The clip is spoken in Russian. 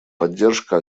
поддержка